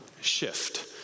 shift